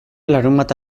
larunbat